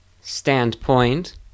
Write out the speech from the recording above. standpoint